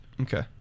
Okay